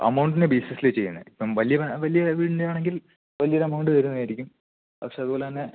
അമൗണ്ടിൻ്റെ ബേയ്സിസ്ലാ ചെയ്യുന്നത് ഇപ്പം വലിയ വലിയ വീടിൻ്റെയാണെങ്കിൽ വലിയൊരു എമൗണ്ട് വരുമായിരിക്കും പക്ഷെ അതുപോലെത്തന്നെ